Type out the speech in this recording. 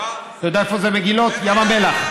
ים המלח.